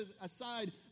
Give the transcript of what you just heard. aside